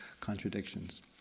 contradictions